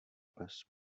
pes